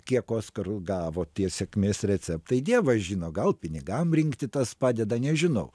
kiek oskarų gavo tie sėkmės receptai dievas žino gal pinigam rinkti tas padeda nežinau